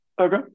Okay